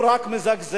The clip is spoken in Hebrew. הוא רק מזגזג.